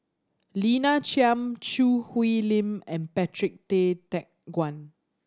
Lina Chiam Choo Hwee Lim and Patrick Tay Teck Guan